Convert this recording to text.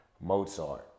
Mozart